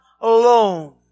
alone